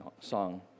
song